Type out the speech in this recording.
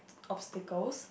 obstacles